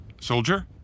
Soldier